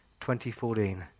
2014